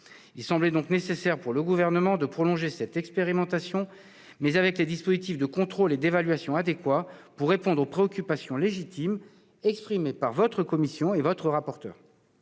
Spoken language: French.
Il semblait donc nécessaire au Gouvernement de prolonger cette expérimentation, mais avec les dispositifs de contrôle et d'évaluation adéquats, pour répondre aux préoccupations légitimes de votre commission et de votre rapporteur.